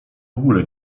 ogóle